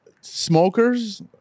smokers